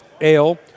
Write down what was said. ale